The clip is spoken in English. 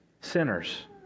sinners